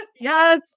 Yes